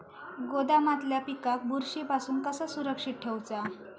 गोदामातल्या पिकाक बुरशी पासून कसा सुरक्षित ठेऊचा?